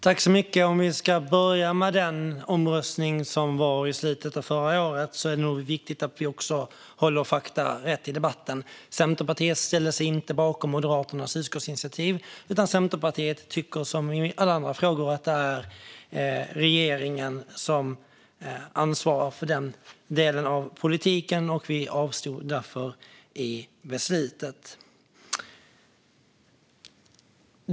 Fru talman! Om vi ska börja med den omröstning som hölls i slutet av förra året är det nog viktigt att vi håller fakta rätt i debatten. Centerpartiet ställde sig inte bakom Moderaternas utskottsinitiativ, utan Centerpartiet tycker som i alla andra frågor att det är regeringen som ansvarar för den delen av politiken. Vi avstod därför att delta i beslutet.